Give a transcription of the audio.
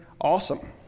awesome